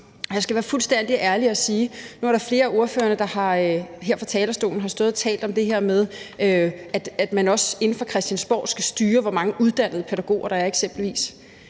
Jeg skal være fuldstændig ærlig og sige: Nu er der flere af ordførerne, der her fra talerstolen har talt om det her med, at man også inde fra Christiansborg skal styre, hvor mange uddannede pædagoger, der